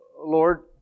Lord